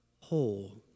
whole